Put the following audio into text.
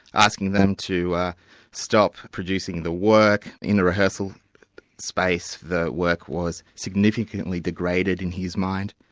asking them to stop producing the work, in the rehearsal space the work was significantly degraded in his mind.